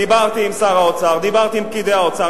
דיברתי עם שר האוצר, דיברתי עם פקידי האוצר.